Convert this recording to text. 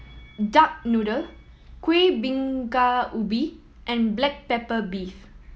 duck noodle Kueh Bingka Ubi and black pepper beef